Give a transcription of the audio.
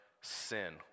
sin